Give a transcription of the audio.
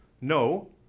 No